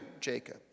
Jacob